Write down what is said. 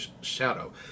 shadow